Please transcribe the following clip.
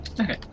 Okay